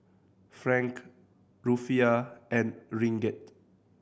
Franc Rufiyaa and Ringgit